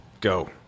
Go